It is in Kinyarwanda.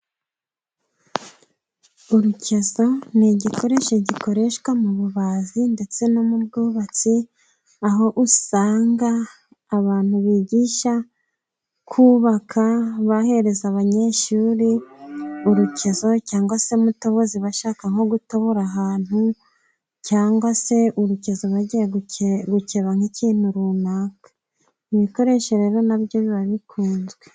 Urukezo ni igikoresho gikoreshwa mu bubazi ndetse no mu bwubatsi, aho usanga abantu bigisha kubaka bahereza abanyeshuri urukezo cyangwa se mutobozi bashaka nko gutobora ahantu cyangwa se urukezo, bagiyebukeba nk'ikintu runaka ibikoresho rero nabyo biba bikunzwe.